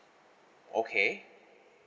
okay